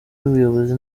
y’ubuyobozi